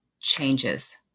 changes